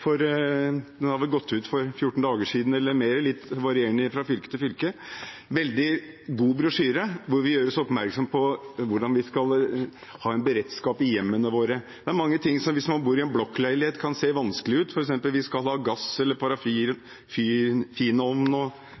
– den gikk vel ut for 14 dager siden eller mer, litt varierende fra fylke til fylke. Det er en veldig god brosjyre hvor vi gjøres oppmerksom på hvordan vi skal ha beredskap i hjemmene våre. Det er mange ting som kan se vanskelig ut hvis man bor i en blokkleilighet. For eksempel skal vi ha en gass- eller